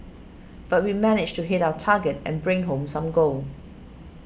but we managed to hit our target and bring home some gold